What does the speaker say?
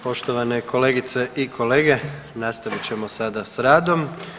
Poštovane kolegice i kolege, nastavit ćemo sada s radom.